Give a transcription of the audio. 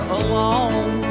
alone